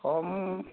কম